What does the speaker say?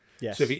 yes